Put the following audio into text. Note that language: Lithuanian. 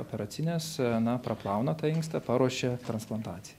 operacinės na praplauna tą inkstą paruošia transplantaci